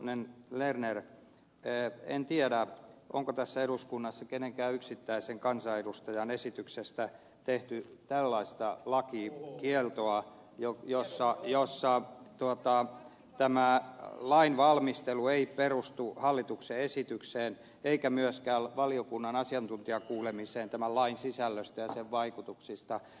ruohonen lerner en tiedä onko tässä eduskunnassa kenenkään yksittäisen kansanedustajan esityksestä tehty tällaista lakia kieltoa joka joustaa jos lakikieltoa jossa tämä lainvalmistelu ei perustu hallituksen esitykseen eikä myöskään valiokunnan asiantuntijakuulemiseen tämän lain sisällöstä ja sen vaikutuksista